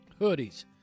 Hoodies